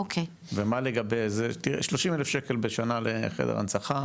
ומה לגבי זה, תראי, 30 אלף שקל בשנה לחדר הנצחה,